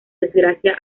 desgracia